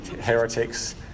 heretics